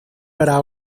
para